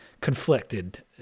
conflicted